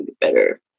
better